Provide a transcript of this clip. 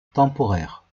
temporaire